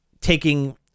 taking